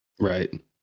right